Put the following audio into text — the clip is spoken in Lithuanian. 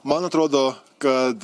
man atrodo kad